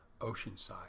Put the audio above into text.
Oceanside